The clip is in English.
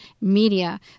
Media